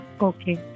okay